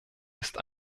ist